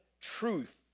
truth